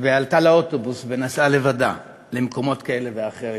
ועלתה לאוטובוס ונסעה לבדה למקומות כאלה ואחרים.